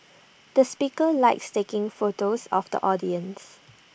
the speaker likes taking photos of the audience